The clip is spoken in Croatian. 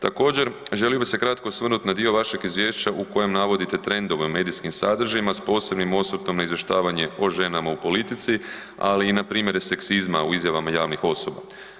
Također želio bi se kratko osvrnuti na dio vašeg izvješća u kojem navodite trendove u medijskim sadržajima s posebnim osvrtom na izvještavanje o ženama u politici, ali i npr. seksizma u izjavama javnih osoba.